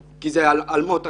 הגעתי לכאן עקב מות אחי,